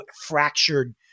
fractured